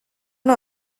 nur